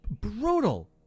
Brutal